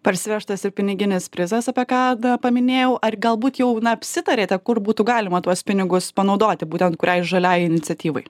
parsivežtas ir piniginis prizas apie ką paminėjau ar galbūt jau apsitarėte kur būtų galima tuos pinigus panaudoti būtent kuriai žaliajai iniciatyvai